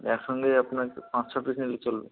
একসঙ্গে আপনার পাঁচ ছ পিস নিলে চলবে